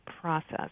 process